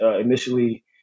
initially